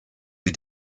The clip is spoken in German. wie